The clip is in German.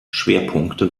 schwerpunkte